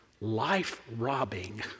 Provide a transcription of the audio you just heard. life-robbing